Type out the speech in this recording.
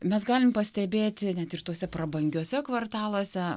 mes galim pastebėti net ir tuose prabangiuose kvartaluose